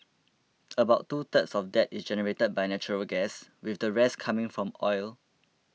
about two thirds of that is generated by natural gas with the rest coming from oil